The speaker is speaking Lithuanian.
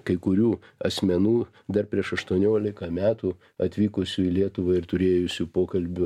kai kurių asmenų dar prieš aštuoniolika metų atvykusių į lietuvą ir turėjusių pokalbių